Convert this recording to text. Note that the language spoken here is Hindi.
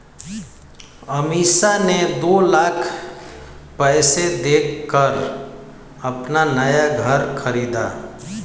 अमीषा ने दो लाख पैसे देकर अपना नया घर खरीदा